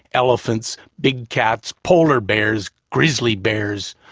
elephants, big cats, polar bears, grizzly bears,